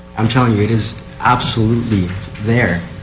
i'm telling you it is absolutely there.